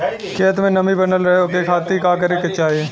खेत में नमी बनल रहे ओकरे खाती का करे के चाही?